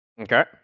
Okay